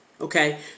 okay